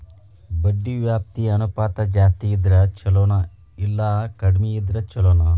ಬಡ್ಡಿ ವ್ಯಾಪ್ತಿ ಅನುಪಾತ ಜಾಸ್ತಿ ಇದ್ರ ಛಲೊನೊ, ಇಲ್ಲಾ ಕಡ್ಮಿ ಇದ್ರ ಛಲೊನೊ?